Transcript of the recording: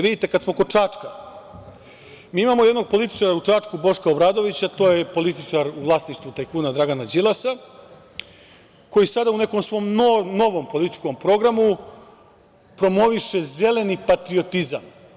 Vidite, kad smo kod Čačka, mi imamo jednog političara u Čačku, Boška Obradovića, to je političar u vlasništvu tajkuna Dragana Đilasa, koji sada u nekom svom novom političkom programu promoviše zeleni patriotizam.